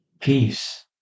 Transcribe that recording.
peace